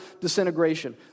disintegration